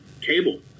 cable